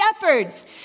shepherds